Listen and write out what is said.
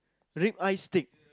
rib eye steak